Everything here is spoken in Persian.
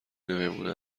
نمیمونه